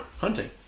hunting